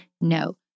No